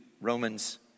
Romans